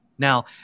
Now